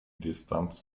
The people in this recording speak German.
distanz